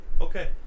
Okay